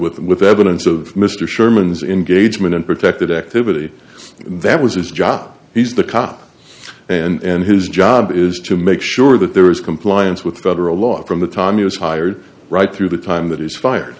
with with evidence of mr sherman's in gage man and protected activity that was his job he's the cop and his job is to make sure that there was compliance with federal law from the time he was hired right through the time that he's fire